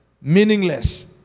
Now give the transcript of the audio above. meaningless